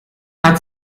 hat